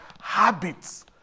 habits